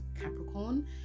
Capricorn